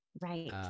right